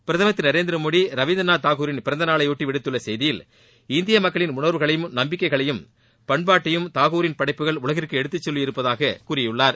பிரதமர் திரு நரேந்திரமோடி ரவீந்திரநாத் தாகூரின் பிறந்தநாளையொட்டி விடுத்துள்ள செய்தியில் இந்திய மக்களின் உணர்வுகளையும் நம்பிக்கைகளையும் பண்பாட்டையும் தாகூரின் படைப்புகள் உலகிற்கு எடுத்து சொல்லியிருப்பதாக கூறியுள்ளார்